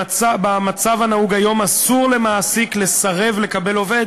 במצב הנהוג היום אסור למעסיק לסרב לקבל עובד